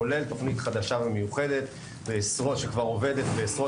כולל תוכנית חדשה ומיוחדת שכבר עובדת בעשרות